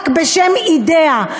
רק בשם אידיאה.